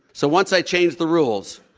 so once i changed the rules,